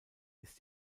ist